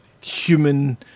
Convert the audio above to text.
human